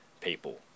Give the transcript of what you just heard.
people